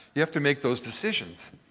you have to make those decisions.